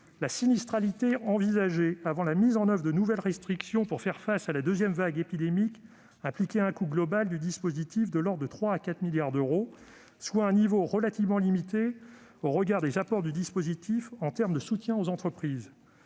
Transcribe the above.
La sinistralité envisagée avant la mise en oeuvre de nouvelles restrictions pour faire face à la deuxième vague épidémique impliquait un coût global du dispositif de l'ordre de 3 à 4 milliards d'euros, soit un niveau relativement limité au regard des apports du dispositif en termes de soutien aux entreprises.